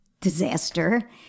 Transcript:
disaster